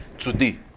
Today